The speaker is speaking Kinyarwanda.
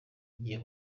zigiye